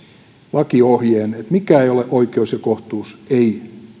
lakiohjeen että mikä ei ole oikeus ja kohtuus ei